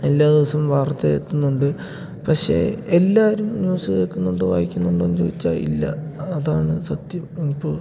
എല്ലാ ദിവസം വാർത്ത എത്തുന്നുണ്ട് പക്ഷേ എല്ലാവരും ന്യൂസ് കേൾക്കുന്നുണ്ടോ വായിക്കുന്നുണ്ടോയെന്ന് ചോദിച്ചാൽ ഇല്ല അതാണ് സത്യം ഇനിയിപ്പോൾ